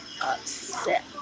upset